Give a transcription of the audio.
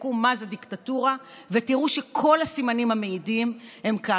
תבדקו מה זה דיקטטורה ותראו שכל הסימנים המעידים הם כאן.